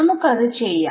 നമുക്ക് അത് ചെയ്യാം